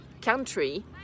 country